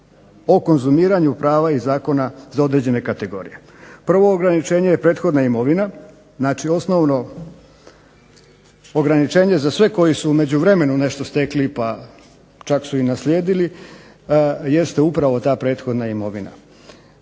o konzumiranju prava iz Zakona za određene kategorije. Prvo ograničenje je prethodna imovina, znači osnovno ograničenje za sve koji su u međuvremenu nešto stekli, pa čak su i naslijedili jeste upravo ta prethodna imovina.